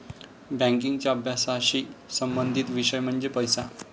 बँकिंगच्या अभ्यासाशी संबंधित विषय म्हणजे पैसा